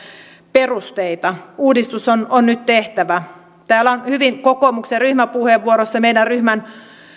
perusteita uudistus on on nyt tehtävä täällä on kokoomuksen ryhmäpuheenvuorossa ja meidän ryhmän